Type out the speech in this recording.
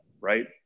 right